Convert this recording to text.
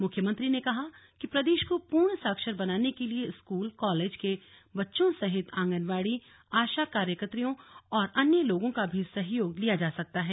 मुख्यमंत्री ने कहा कि प्रदेश को पूर्ण साक्षर बनाने के लिए स्कूल कॉलेज के बच्चों सहित आंगनबाड़ी आशा कार्यकत्रियों और अन्य लोगों का भी सहयोग लिया जा सकता है